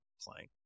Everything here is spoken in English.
playing